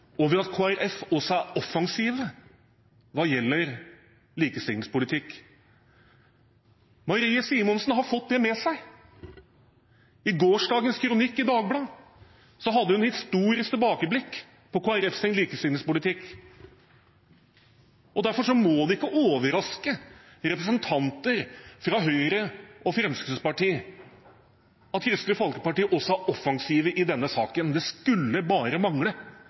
over at Kristelig Folkeparti er offensiv hva gjelder likestillingspolitikk. Marie Simonsen har fått det med seg. I gårsdagens kronikk i Dagbladet hadde hun et historisk tilbakeblikk på Kristelig Folkepartis likestillingspolitikk. Derfor må det ikke overraske representanter fra Høyre og Fremskrittspartiet at Kristelig Folkeparti også er offensiv i denne saken – det skulle bare mangle.